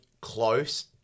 close